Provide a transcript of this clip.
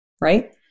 Right